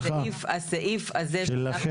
שלכם?